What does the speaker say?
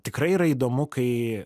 tikrai yra įdomu kai